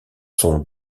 sont